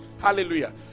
Hallelujah